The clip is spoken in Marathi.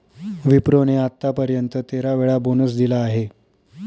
विप्रो ने आत्तापर्यंत तेरा वेळा बोनस दिला आहे